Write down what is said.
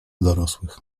dorosłych